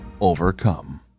overcome